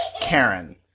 Karen